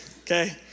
okay